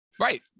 right